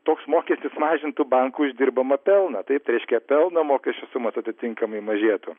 toks mokestis mažintų bankų uždirbamą pelną reiškia pelno mokesčio sumos atitinkamai mažėtų